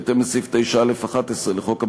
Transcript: בהתאם לסעיף 9(א)(11) לחוק הממשלה,